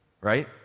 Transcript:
right